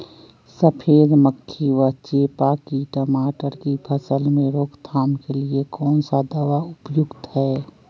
सफेद मक्खी व चेपा की टमाटर की फसल में रोकथाम के लिए कौन सा दवा उपयुक्त है?